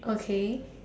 okay